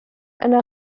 einer